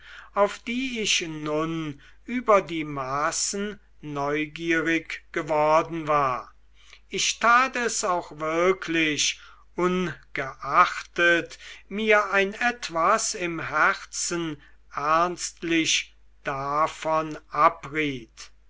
auf die ich nun über die maßen neugierig geworden war ich tat es auch wirklich ungeachtet mir ein etwas im herzen ernstlich davon abriet